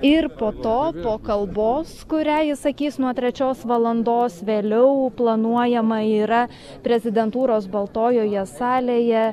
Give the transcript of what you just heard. ir po to po kalbos kurią jis sakys nuo trečios valandos vėliau planuojama yra prezidentūros baltojoje salėje